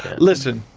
listen,